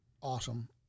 awesome